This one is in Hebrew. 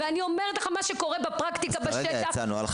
אני אומרת לך מה שקורה בפרקטיקה בשטח.